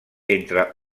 entre